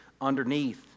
underneath